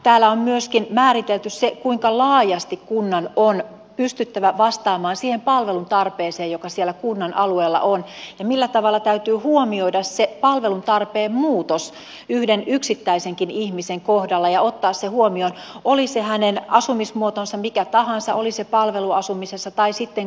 täällä on myöskin määritelty se kuinka laajasti kunnan on pystyttävä vastaamaan siihen palveluntarpeeseen joka siellä kunnan alueella on ja millä tavalla täytyy huomioida se palveluntarpeen muutos yhden yksittäisenkin ihmisen kohdalla ja ottaa se huomioon oli se hänen asumismuotonsa mikä tahansa oli se palveluasumisessa tai sitten kotona